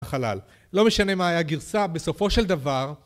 חלל לא משנה מה היה גרסה בסופו של דבר